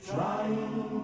Trying